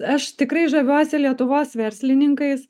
aš tikrai žaviuosi lietuvos verslininkais